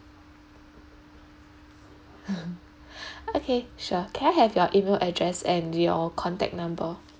okay sure can I have your email address and your contact number